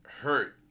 Hurt